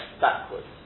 backwards